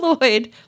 Lloyd